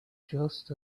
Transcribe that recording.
just